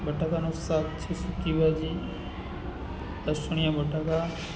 બટાકાનું શાક છે સૂકી ભાજી લસણીયા બટાકા